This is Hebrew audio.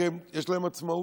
כי יש להם עצמאות.